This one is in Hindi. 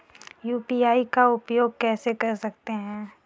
यू.पी.आई का उपयोग कैसे कर सकते हैं?